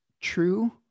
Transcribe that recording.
true